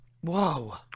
Whoa